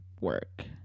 work